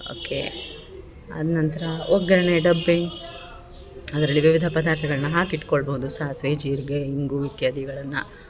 okay ಅದು ನಂತರ ಒಗ್ಗರಣೆ ಡಬ್ಬಿ ಅದರಲ್ಲಿ ವಿವಿಧ ಪದಾರ್ಥಗಳ್ನ ಹಾಕಿಟ್ಕೊಳ್ಬೌದು ಸಾಸ್ವೆ ಜೀರ್ಗೆ ಇಂಗು ಇತ್ಯಾದಿಗಳನ್ನ